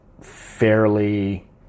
fairly